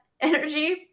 energy